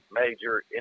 major